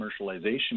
commercialization